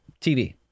TV